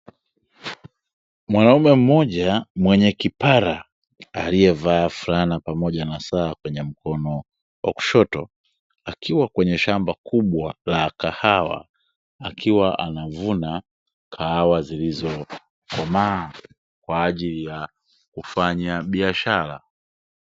Mwanaume mmoja mwenye kipara, aliyevaa fulana pamoja na saa kwenye mkono wa kushoto, akiwa kwenye shamba kubwa la kahawa, akiwa anavuna kahawa zilizokomaa kwa ajili ya kufanya biashara.